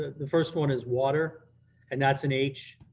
the first one is water and that's an h.